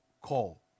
call